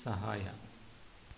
ಸಹಾಯ